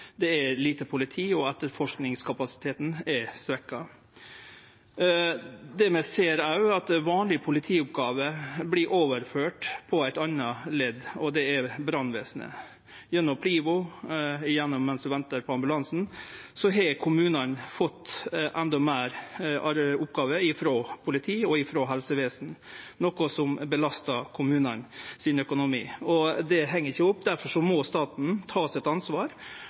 det er lite politi, og at etterforskingskapasiteten er svekt. Det vi òg ser, er at vanlege politioppgåver vert overførte til eit anna ledd, brannvesenet, PLIVO, mens ein ventar på ambulansen. Kommunane har fått endå fleire oppgåver frå politi og frå helsevesen, noko som belastar økonomien i kommunane. Det heng ikkje i hop. Difor må staten ta sitt ansvar